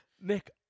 Nick